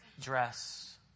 dress